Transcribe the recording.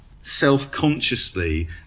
self-consciously